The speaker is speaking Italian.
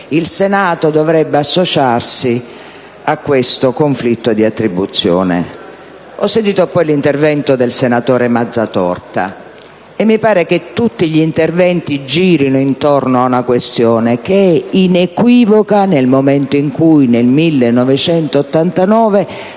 il Senato dovrebbe associarsi a questo conflitto di attribuzione. Ho sentito poi l'intervento del senatore Mazzatorta, e mi sembra che tutti gli interventi finora svolti girino intorno ad una questione inequivoca dal momento in cui, nel 1989,